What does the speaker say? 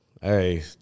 hey